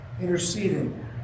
Interceding